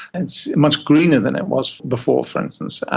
and it's much greener than it was before, for instance.